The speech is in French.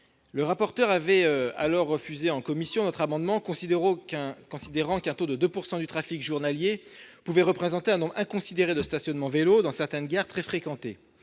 Le rapporteur avait alors refusé l'amendement que nous avions déposé, considérant qu'un taux de 2 % du trafic journalier pouvait représenter un nombre inconsidéré de stationnements dédiés aux vélos dans certaines gares très fréquentées.